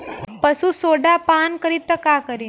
पशु सोडा पान करी त का करी?